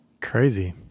crazy